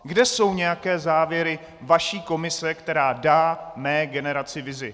Kde jsou nějaké závěry vaší komise, která dá mé generaci vizi?